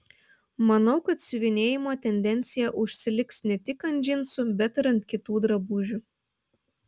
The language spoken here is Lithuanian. manau kad siuvinėjimo tendencija užsiliks ne tik ant džinsų bet ir ant kitų drabužių